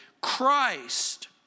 Christ